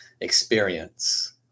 experience